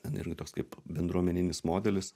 ten irgi toks kaip bendruomeninis modelis